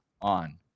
on